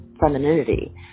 femininity